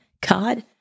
God